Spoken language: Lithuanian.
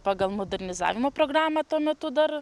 pagal modernizavimo programą tuo metu dar